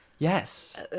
Yes